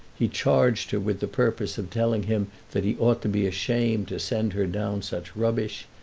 he charged her with the purpose of telling him that he ought to be ashamed to send her down such rubbish,